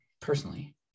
personally